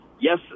Yes